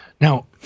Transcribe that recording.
Now